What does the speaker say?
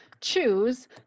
choose